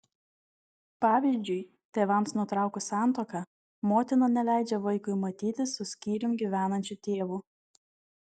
pavyzdžiui tėvams nutraukus santuoką motina neleidžia vaikui matytis su skyrium gyvenančiu tėvu